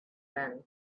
been